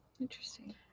Interesting